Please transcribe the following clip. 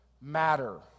matter